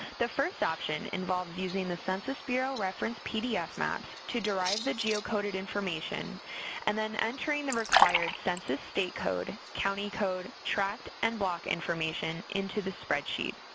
the first option involves using the census bureau reference pdf maps to derive the geocoded information and then entering the required census state code, county code, tract and block information into the spreadsheet.